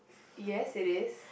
yes it is